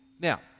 Now